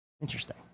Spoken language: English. Interesting